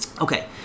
okay